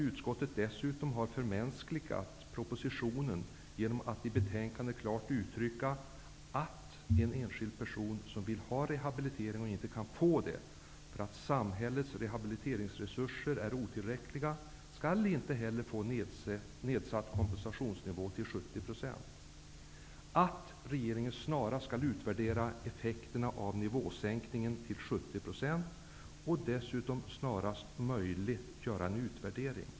Utskottet har dessutom förmänskligat propositionen genom att i betänkandet klart uttrycka att en enskild person som vill ha rehabilitering men som, på grund av att samhällets rehabiliteringsresurser är otillräckliga, inte kan få det heller inte skall få kompensationsnivån nedsatt till 70 %. Det står också klart uttryckt att regeringen snarast skall utvärdera effekterna av nivåsänkningen till 70 % och dessutom snarast möjligt göra en utvärdering.